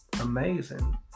amazing